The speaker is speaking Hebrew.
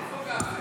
איפה גפני?